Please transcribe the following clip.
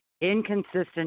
inconsistent